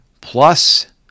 plus